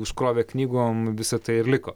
užkrovė knygom visa tai ir liko